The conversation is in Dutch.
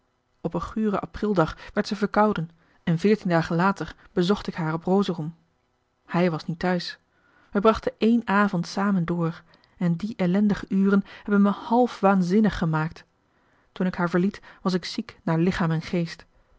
op een guren aprildag werd zij verkouden en veertien dagen later bezocht ik haar op rosorum hij was niet te huis wij brachten éénen avond samen door en die ellendige uren hebben mij half waanzinnig gemaakt toen ik haar verliet was ik ziek naar lichaam en geest